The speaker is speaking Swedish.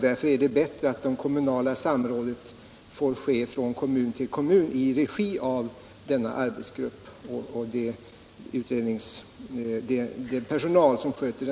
Därför är det bättre att det kommunala samrådet får ske från kommun till kommun i regi av denna arbetsgrupp och den personal som sköter utredningen i industriverket.